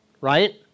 right